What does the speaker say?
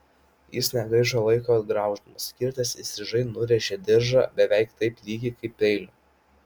jis negaišo laiko grauždamas kirtęs įstrižai nurėžė diržą beveik taip lygiai kaip peiliu